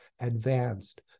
advanced